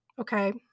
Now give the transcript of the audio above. okay